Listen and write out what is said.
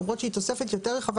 למרות שהיא תוספת יותר רחבה.